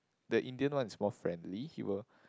the Indian one is more friendly he will